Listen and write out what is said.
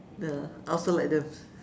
ya I also like them